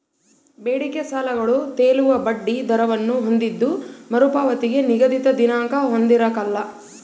ಬೇಡಿಕೆ ಸಾಲಗಳು ತೇಲುವ ಬಡ್ಡಿ ದರವನ್ನು ಹೊಂದಿದ್ದು ಮರುಪಾವತಿಗೆ ನಿಗದಿತ ದಿನಾಂಕ ಹೊಂದಿರಕಲ್ಲ